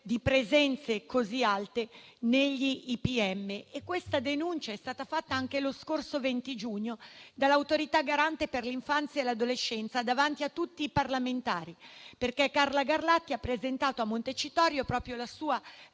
di presenze così alte negli IPM. Questa denuncia è stata fatta anche lo scorso 20 giugno dall'Autorità garante per l'infanzia e l'adolescenza davanti a tutti i parlamentari. Carla Garlatti ha presentato a Montecitorio la sua